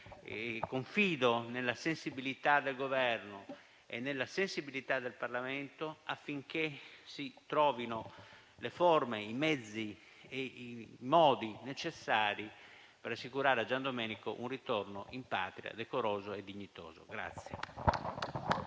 confido nella sensibilità del Governo e nella sensibilità del Parlamento affinché si trovino le forme, i mezzi e i modi necessari per assicurare a Giandomenico un ritorno in patria decoroso e dignitoso.